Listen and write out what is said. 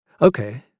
Okay